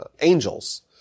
angels